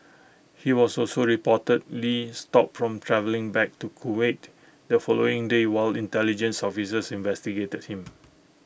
he was also reportedly stopped from travelling back to Kuwait the following day while intelligence officers investigated him